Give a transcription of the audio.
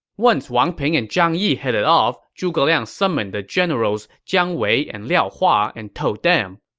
once wang ping and zhang yi headed off, zhuge liang summoned the generals jiang wei and liao hua and told them,